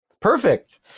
Perfect